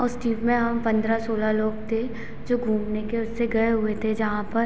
उस टीम में हम पन्द्रह सोलह लोग थे जो घूमने के उससे गए हुए थे जहाँ पर